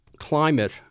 climate